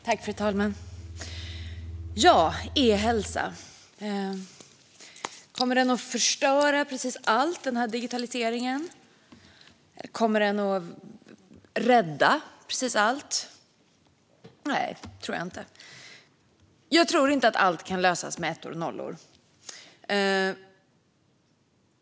Fru talman! Vi debatterar e-hälsa. Kommer digitaliseringen att förstöra precis allt? Kommer den att rädda precis allt? Nej, det tror jag inte. Jag tror inte att allt kan lösas med ettor och nollor.